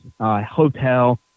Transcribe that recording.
hotel